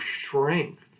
strength